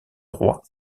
roi